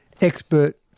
expert